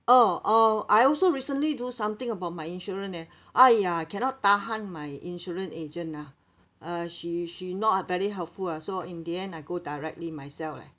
oh oh I also recently do something about my insurance leh !aiya! cannot tahan my insurance agent ah uh she she not very helpful lah so in the end I go directly myself leh